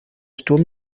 sturm